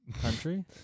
Country